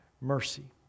mercy